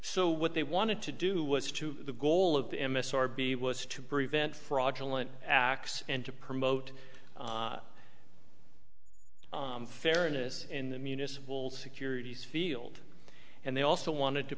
so what they wanted to do was to the goal of the m s r be was to prevent fraudulent acts and to promote fairness in the municipal securities field and they also wanted to